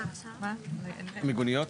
מיגוניות?